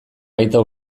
baita